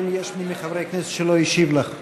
האם יש מי מחברי הכנסת שלא השיב לך?